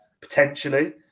potentially